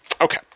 Okay